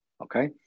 Okay